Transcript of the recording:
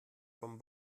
von